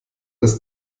des